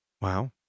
Wow